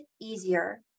easier